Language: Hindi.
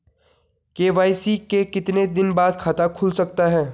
के.वाई.सी के कितने दिन बाद खाता खुल सकता है?